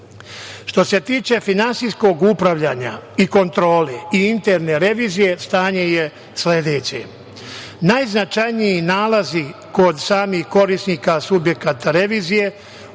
se tiče finansijskog upravljanja, kontrole i interne revizije stanje je sledeće. Najznačajniji nalazi kod samih korisnika subjekata revizije